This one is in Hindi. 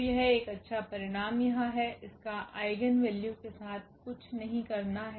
तो यह एक अच्छा परिणाम यहाँ है इसका आइगेन वैल्यू के साथ कुछ नहीं करना है